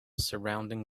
surrounding